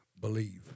Believe